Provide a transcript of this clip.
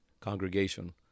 congregation